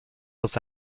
los